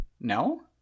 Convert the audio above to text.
no